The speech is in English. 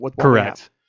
Correct